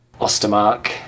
Ostermark